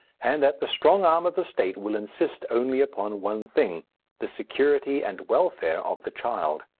and that the strong arm of the state will insist only upon one thing the security and welfare of the child.